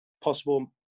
possible